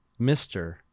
Mr